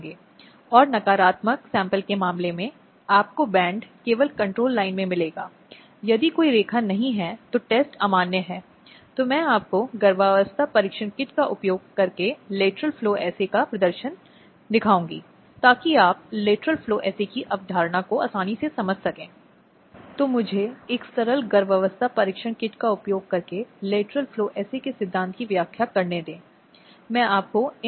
इसलिए यह एक बहुत ही अनुकूल प्रक्रिया एक बहुत सहायक प्रक्रिया स्थापित करने की कोशिश करता है और प्रत्येक व्यक्ति जो सुरक्षा अधिकारियों आदि के रूप में बनाया जाता है न्याय प्रदान करने या न्याय पाने की दिशा में अपने तरीके से महिला को आवश्यक देखभाल और सहायता प्रदान करना चाहिए